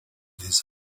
his